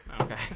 Okay